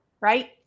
right